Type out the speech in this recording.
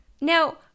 Now